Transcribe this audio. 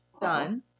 done